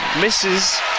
misses